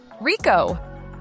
Rico